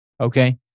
Okay